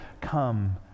come